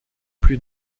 plus